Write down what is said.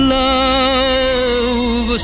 love